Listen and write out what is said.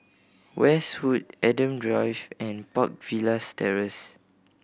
Westwood Adam Drive and Park Villas Terrace